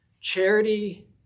charity